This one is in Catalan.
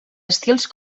estils